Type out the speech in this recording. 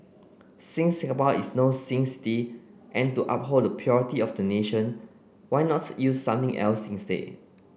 since Singapore is no sin city and to uphold the purity of the nation why not use something else instead